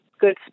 good